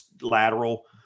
lateral